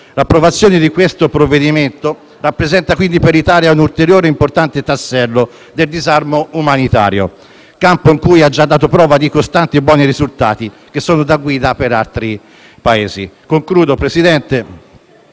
L'approvazione di questo provvedimento rappresenta quindi per l'Italia un ulteriore e importante tassello del disarmo umanitario, campo in cui ha già dato prova di costanti e buoni risultati, che sono da guida per altri Paesi. Dichiaro pertanto